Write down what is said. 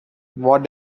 what